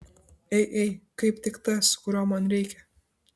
ei ei kaip tik tas kurio man reikia